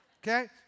Okay